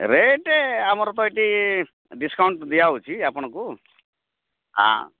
rate ଆମର ତ ଏଠି ଡିସ୍କାଉଣ୍ଟ୍ ଦିଆହେଉଛି ଆପଣଙ୍କୁ ଆଁ